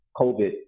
COVID